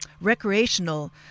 recreational